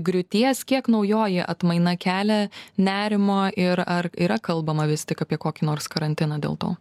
griūties kiek naujoji atmaina kelia nerimo ir ar yra kalbama vis tik apie kokį nors karantiną dėl to